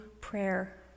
prayer